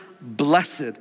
blessed